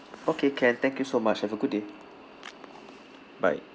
okay can thank you so much have a good day bye